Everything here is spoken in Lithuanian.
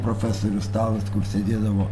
profesorių stalas kur sėdėdavo